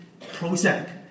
Prozac